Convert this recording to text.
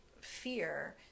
fear